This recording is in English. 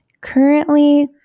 currently